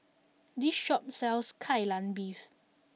this shop sells Kai Lan Beef